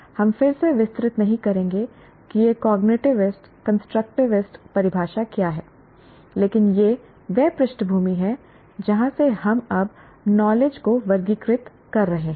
हम फिर से विस्तृत नहीं करेंगे कि यह कॉग्निटिविस्ट कंस्ट्रक्टिविस्ट परिभाषा क्या है लेकिन यह वह पृष्ठभूमि है जहां से हम अब नॉलेज को वर्गीकृत कर रहे हैं